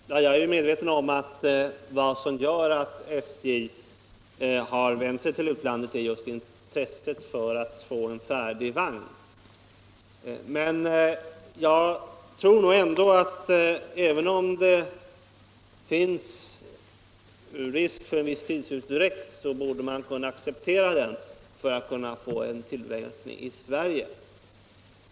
Herr talman! Jag är medveten om att vad som gör att SJ har vänt sig till utlandet är just intresset av att få en färdig vagn. Men jag tror ändå att man borde kunna acceptera en viss tidsutdräkt för att få en tillverkning i Sverige.